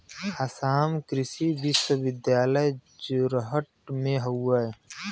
आसाम कृषि विश्वविद्यालय जोरहट में हउवे